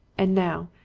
and now,